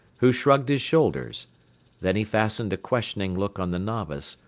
who shrugged his shoulders then he fastened a questioning look on the novice,